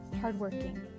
hardworking